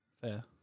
Fair